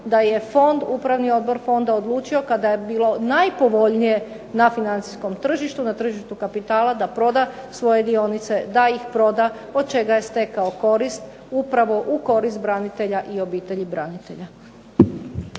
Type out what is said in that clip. fond, upravni odbor fonda odlučio kada je bilo najpovoljnije na financijskom tržištu, na tržištu kapitala da proda svoje dionice, da ih proda, od čega je stekao korist upravo u korist branitelja i obitelji branitelja.